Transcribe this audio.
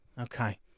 Okay